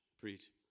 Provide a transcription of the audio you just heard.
Preach